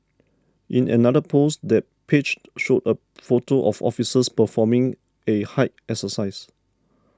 in another post the page showed a photo of officers performing a height exercise